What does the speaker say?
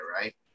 right